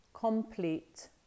complete